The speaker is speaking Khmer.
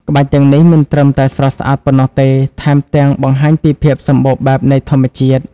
ក្បាច់ទាំងនេះមិនត្រឹមតែស្រស់ស្អាតប៉ុណ្ណោះទេ ថែមទាំងបង្ហាញពីភាពសម្បូរបែបនៃធម្មជាតិ។